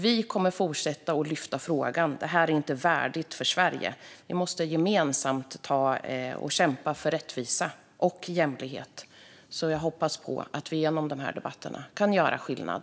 Vi kommer att fortsätta ta upp frågan, för detta är inte värdigt Sverige. Vi måste gemensamt kämpa för rättvisa och jämlikhet. Jag hoppas på att vi genom dessa debatter kan göra skillnad.